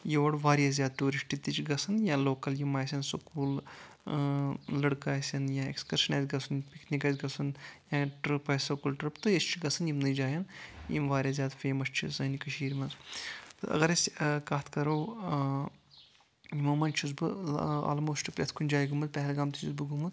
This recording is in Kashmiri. یور واریاہ ٹوٗرِسٹہٕ تہِ چھِ گژھان یا لوکَل یِم آسَن سکوٗل لڑکہٕ آسَن یا ایکسکرشن آسہِ گژھُن پِکنِک آسہِ گژھُن یا ٹرپ آسہِ سکوٗل ٹرپ تہٕ أسۍ چھِ گژھان یِمنے جایَن یِم واریاہ زیادٕ فیمَس چھِ سانہِ کٔشیٖر منٛز اَگر أسۍ کَتھ کَرو یِمو منٛز چھُس بہٕ آلموسٹ پریٚتھ کُنہِ جایہِ گوٚمُت پہلگام تہِ چھُس بہٕ گوٚمُت